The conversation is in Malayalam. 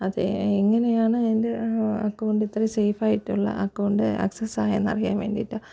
അതെ എങ്ങനെയാണ് എൻ്റെ അക്കൗണ്ട് ഇത്ര സേഫായിട്ടുള്ള അക്കൗണ്ട് ഏക്സെസ്സെയ്യുന്നതറിയാൻ വേണ്ടിയിട്ടാണ്